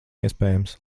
iespējams